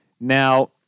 Now